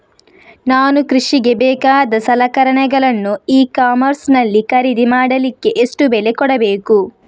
ನಾನು ಕೃಷಿಗೆ ಬೇಕಾದ ಸಲಕರಣೆಗಳನ್ನು ಇ ಕಾಮರ್ಸ್ ನಲ್ಲಿ ಖರೀದಿ ಮಾಡಲಿಕ್ಕೆ ಎಷ್ಟು ಬೆಲೆ ಕೊಡಬೇಕು?